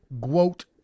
quote